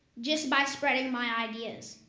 just by spreading my ideas.